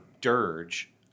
dirge